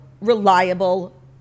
reliable